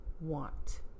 want